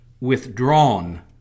withdrawn